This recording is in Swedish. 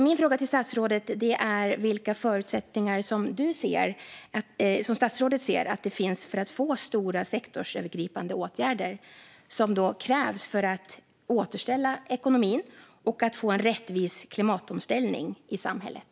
Min fråga till statsrådet är vilka förutsättningar han ser att det finns för att få till de stora, sektorsövergripande åtgärder som krävs för att återställa ekonomin och få en rättvis klimatomställning i samhället.